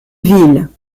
ville